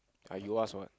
uh you ask what